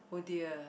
oh dear